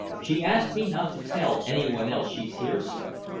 she asked me not to tell anyone else she's here, sir.